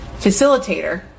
facilitator